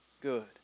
good